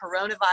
coronavirus